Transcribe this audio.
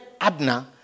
Abner